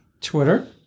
Twitter